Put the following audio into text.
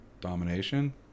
domination